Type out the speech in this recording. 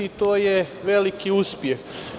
To je veliki uspeh.